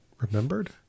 remembered